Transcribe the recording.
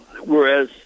whereas